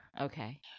Okay